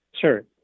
Sure